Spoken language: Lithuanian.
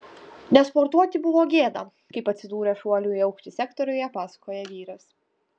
nesportuoti buvo gėda kaip atsidūrė šuolių į aukštį sektoriuje pasakoja vyras